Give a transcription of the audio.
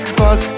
fuck